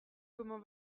comment